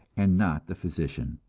and not the physician.